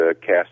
cast